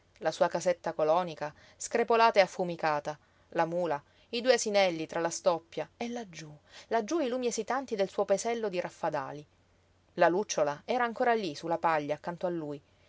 la sua casetta colonica screpolata e affumicata la mula i due asinelli tra la stoppia e laggiú laggiú i lumi esitanti del suo paesello di raffadali la lucciola era ancora lí su la paglia accanto a lui